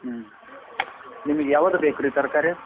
ಹ್ಞೂ ನಿಮಗೆ ಯಾವುದ್ ಬೇಕು ರೀ ತರಕಾರಿ